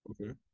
Okay